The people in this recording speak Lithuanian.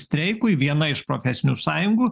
streikui viena iš profesinių sąjungų